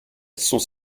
sont